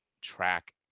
track